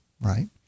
right